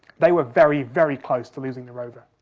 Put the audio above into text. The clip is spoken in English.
they were very, very close to losing the rover,